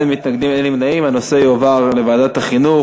ההצעה להעביר את הנושא לוועדת החינוך,